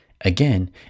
again